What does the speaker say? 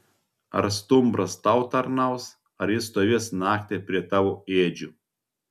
ar stumbras tau tarnaus ar jis stovės naktį prie tavo ėdžių